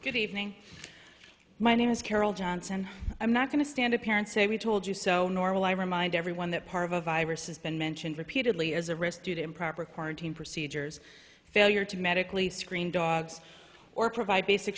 good evening my name is carol johnson i'm not going to stand a parent say we told you so nor will i remind everyone that parvovirus has been mentioned repeatedly as a risk due to improper quarantine procedures failure to medically screen dogs or provide basic